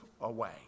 away